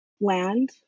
land